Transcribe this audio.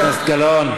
חברת הכנסת גלאון,